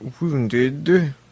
wounded